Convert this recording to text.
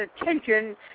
attention